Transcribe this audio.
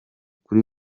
kuri